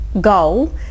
goal